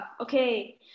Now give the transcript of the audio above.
okay